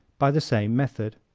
by the same method.